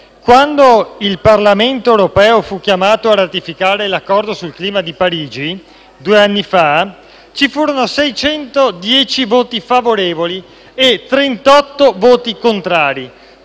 quando il Parlamento europeo fu chiamato a ratificare l’Accordo sul clima di Parigi, due anni fa, ci furono 610 voti favorevoli e 38 voti contrari: